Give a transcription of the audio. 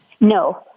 No